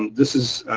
this is.